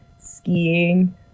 skiing